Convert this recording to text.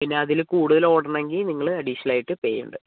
പിന്നെ അതിൽ കൂടുതൽ ഓടണമെങ്കിൽ നിങ്ങൾ അഡീഷണൽ ആയിട്ട് പേ ചെയ്യേണ്ടി വരും